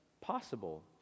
possible